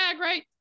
right